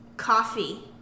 Coffee